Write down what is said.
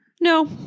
No